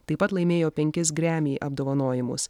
taip pat laimėjo penkis grammy apdovanojimus